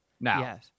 Now